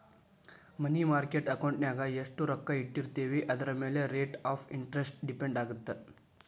ಮನಿ market ಅಕೌಂಟಿನ್ಯಾಗ ಎಷ್ಟ್ ರೊಕ್ಕ ಇಟ್ಟಿರ್ತೇವಿ ಅದರಮ್ಯಾಲೆ ರೇಟ್ ಆಫ್ ಇಂಟರೆಸ್ಟ್ ಡಿಪೆಂಡ್ ಆಗತ್ತ